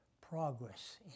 progress